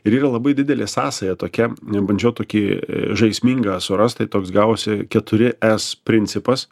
ir yra labai didelė sąsaja tokia bandžiau tokį žaismingą surasti toks gavosi keturi es principas